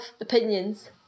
opinions